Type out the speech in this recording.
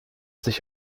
sich